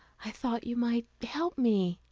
i thought you might help me.